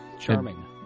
Charming